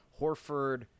horford